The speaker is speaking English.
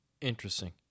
interesting